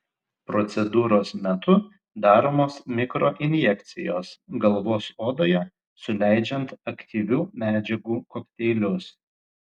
procedūros metu daromos mikroinjekcijos galvos odoje suleidžiant aktyvių medžiagų kokteilius